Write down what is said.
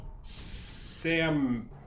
sam